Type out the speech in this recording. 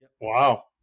Wow